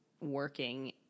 working